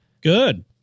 Good